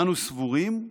אנו סבורים,